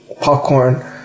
popcorn